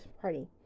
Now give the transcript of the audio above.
party